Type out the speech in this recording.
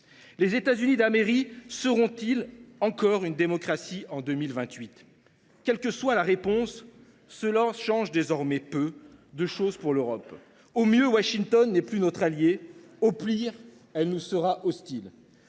Les États Unis d’Amérique seront ils encore une démocratie en 2028 ? Quelle que soit la réponse, cela change désormais peu de choses pour l’Europe. Au mieux, Washington n’est plus notre allié ; au pire, l’Amérique nous sera hostile.